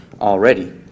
already